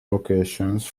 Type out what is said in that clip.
locations